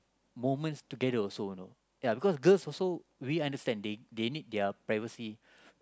moments together also you know ya because girls also we understand they they need their privacy